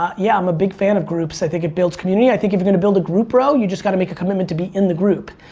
yeah, i'm a big fan of groups, i think it builds community, i think if you're going to build a group bro, you just got to make a commitment to be in the group.